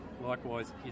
Likewise